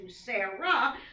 Sarah